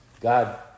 God